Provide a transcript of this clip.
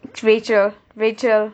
rachel rachel